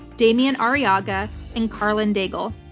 demian arriaga and karlyn daigle.